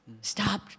Stop